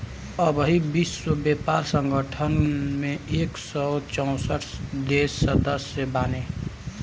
अबही विश्व व्यापार संगठन में एक सौ चौसठ देस सदस्य बाने